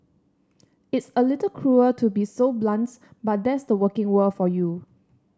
it's a little cruel to be so blunt but that's the working world for you